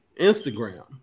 Instagram